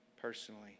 personally